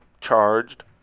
charged